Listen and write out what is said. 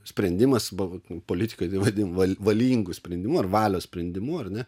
sprendimas buvo politikai tai vadina valingu sprendimu ar valios sprendimu ar ne